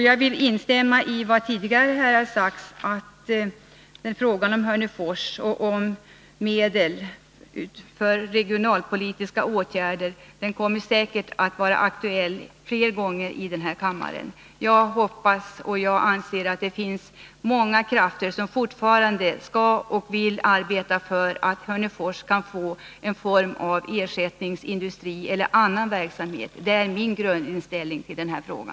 Jag vill instämma i vad som tidigare här har sagts i frågan om medel för regionalpolitiska åtgärder i Hörnefors. Det kommer säkerligen att vara aktuellt flera gånger i denna kammare. Jag hoppas och tror att det finns många krafter som fortfarande vill och skall arbeta för att Hörnefors skall få någon ersättningsindustri eller någon annan form av ersättningsverksamhet. Det är min grundinställning i denna fråga.